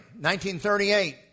1938